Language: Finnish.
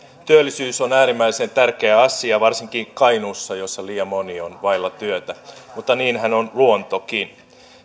työllisyys on äärimmäisen tärkeä asia varsinkin kainuussa jossa liian moni on vailla työtä mutta niinhän on luontokin